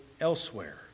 elsewhere